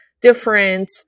different